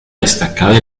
destacada